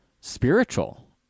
spiritual